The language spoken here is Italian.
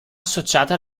associata